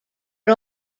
but